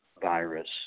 virus